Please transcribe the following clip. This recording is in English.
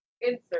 Insert